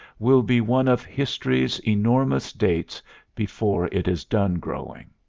will be one of history's enormous dates before it is done growing.